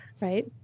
right